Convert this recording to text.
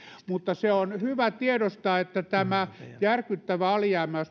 mutta se on hyvä tiedostaa että tämä järkyttävä alijäämähän